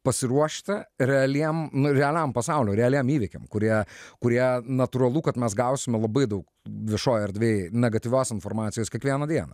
pasiruošti realiem nu realiam pasauliui realiem įvykiam kurie kurie natūralu kad mes gausime labai daug viešoj erdvėj negatyvios informacijos kiekvieną dieną